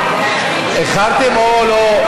איחרתם או לא,